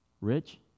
Rich